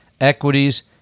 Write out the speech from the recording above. equities